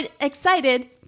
excited